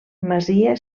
masia